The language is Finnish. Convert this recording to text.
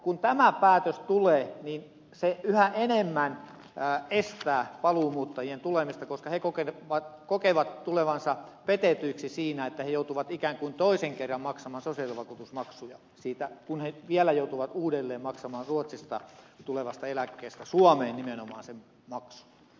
kun tämä päätös tulee niin se yhä enemmän estää paluumuuttajien tulemista koska he kokevat tulevansa petetyiksi siinä että he joutuvat ikään kuin toisen kerran maksamaan sosiaalivakuutusmaksuja kun he vielä joutuvat uudelleen maksamaan ruotsista tulevasta eläkkeestä suomeen nimenomaan sen maksun